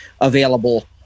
available